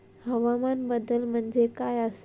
हवामान बदल म्हणजे काय आसा?